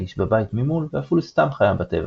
האיש בבית ממול ואפילו סתם חיה בטבע.